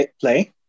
play